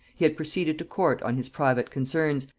he had proceeded to court on his private concerns,